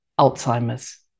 Alzheimer's